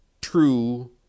true